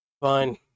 Fine